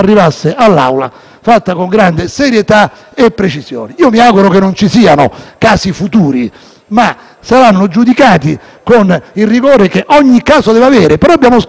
saranno giudicati con il rigore che ogni caso deve avere. Signor Presidente, ho concluso e la ringrazio per la pazienza, ma il caso ha una sua rilevanza.